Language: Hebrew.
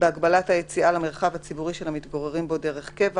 בהגבלת היציאה למרחב הציבורי של המתגוררים בו דרך קבע